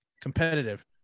competitive